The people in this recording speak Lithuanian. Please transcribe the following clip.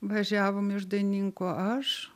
važiavom iš dainininkų aš